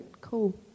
cool